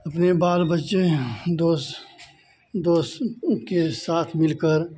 इतने बाल बच्चे हैं दोस्त दोस्त ऊ के साथ मिलकर